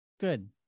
Good